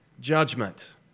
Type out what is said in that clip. judgment